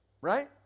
Right